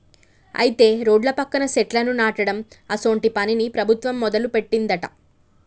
అయితే రోడ్ల పక్కన సెట్లను నాటడం అసోంటి పనిని ప్రభుత్వం మొదలుపెట్టిందట